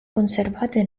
conservate